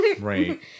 Right